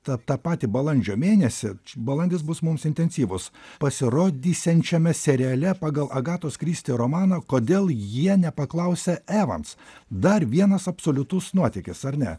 tą tą patį balandžio mėnesį balandis bus mums intensyvūs pasirodysiančiame seriale pagal agatos kristi romaną kodėl jie nepaklausė evans dar vienas absoliutus nuotykis ar ne